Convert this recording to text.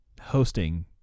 hosting